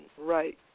Right